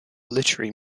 literary